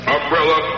Umbrella